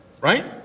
right